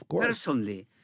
personally